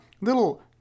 little